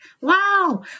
wow